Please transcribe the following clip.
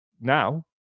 now